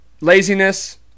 laziness